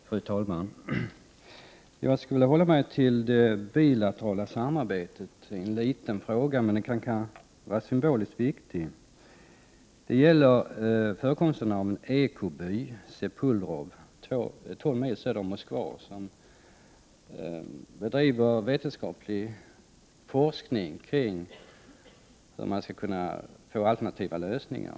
Fru talman! Jag vill ställa en fråga som rör det bilaterala samarbetet. jävård Frågan är visserligen inte så stor, men den kan vara symboliskt viktig. Frågan gäller förekomsten av en ekoby, Sepulrov, som ligger 12 mil söder om Moskva, som bedriver vetenskaplig forskning kring hur man skall kunna få alternativa lösningar.